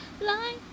Light